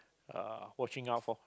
uh watching out for